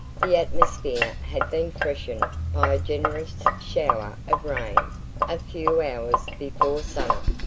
the atmosphere had been freshened by a generous shower of rain a few hours before sunup.